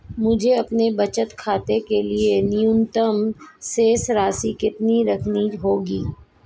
मुझे अपने बचत खाते के लिए न्यूनतम शेष राशि कितनी रखनी होगी?